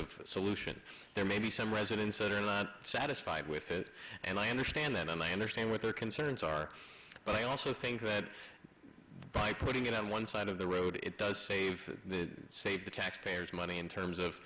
of solution there maybe some residents that and i'm satisfied with it and i understand that and i understand what their concerns are but i also think that by putting it on one side of the road it does save save the taxpayers money in terms